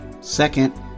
Second